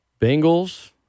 Bengals